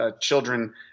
Children